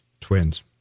Twins